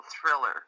thriller